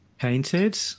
painted